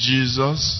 Jesus